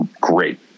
great